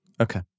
Okay